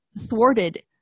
thwarted